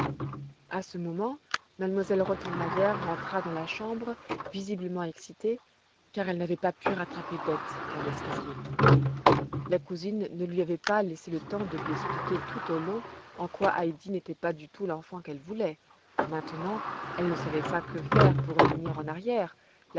a ce moment m elle rottenmeier rentra dans la chambre visiblement excitée car elle n'avait pas pu l'attraper dete dans l'escalier la cousine ne lui avait pas laissé le temps de lui expliquer tout au long en quoi heidi n'était pas du tout l'enfant qu'elle voulait maintenant elle ne savait pas que faire pour revenir en arrière